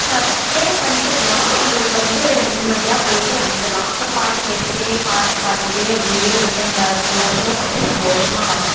நாம் ப்ரே பண்ணிட்டு போனால் நம்பளுக்கு வந்து நிம்மதியாக போயிட்டு வந்துடலாம் அப்புறம் பாட்டு கேட்டுகிட்டே பாட்டு பாடிகிட்டே அப்படியே வந்து நம்ப சந்தோஷமாக போயிட்டு சந்தோஷமாக வரலாம்